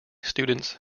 students